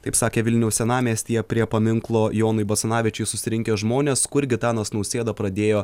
taip sakė vilniaus senamiestyje prie paminklo jonui basanavičiui susirinkę žmonės kur gitanas nausėda pradėjo